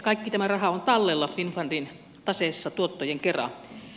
kaikki tämä raha on tallella finnfundin taseessa tuottojen kera